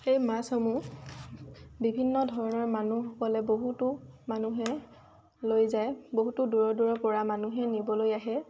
সেই মাছসমূহ বিভিন্ন ধৰণৰ মানুহসকলে বহুতো মানুহে লৈ যায় বহুতো দূৰৰ দূৰৰ পৰা মানুহে নিবলৈ আহে